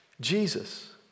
Jesus